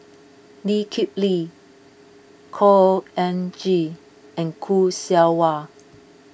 Lee Kip Lee Khor Ean Ghee and Khoo Seow Hwa